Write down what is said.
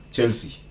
Chelsea